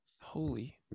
holy